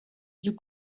you